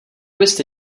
byste